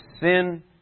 sin